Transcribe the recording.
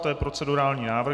To je procedurální návrh.